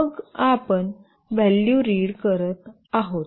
मग आपण value read करत आहोत